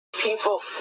people